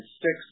six